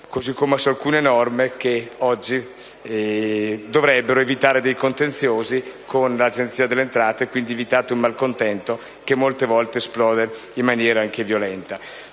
così come in alcune norme che oggi dovrebbero evitare contenziosi con l'Agenzia delle entrate: si eviterebbe così il malcontento che spesso esplode in maniera anche violenta.